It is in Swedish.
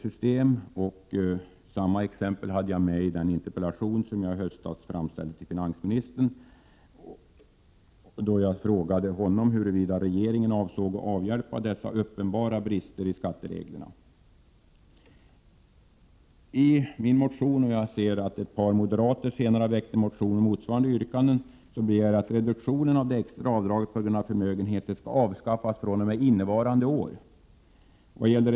Detta exempel tog jag också upp i den interpellation jag i höstas framställde till finansministern. Jag frågade då honom huruvida regeringen avsåg att avhjälpa dessa uppenbara brister i skattereglerna. I min motion begär jag att reduktionen av det extra avdraget på grund av förmögenhet skall avskaffas fr.o.m. innevarande år. Jag ser att ett par moderater senare har väckt en motion med motsvarande yrkanden.